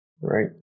right